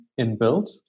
inbuilt